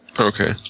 Okay